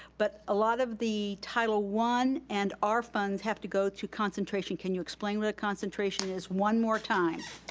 but a lot of the title i and our funds have to go to concentration. can you explain what a concentration is one more time?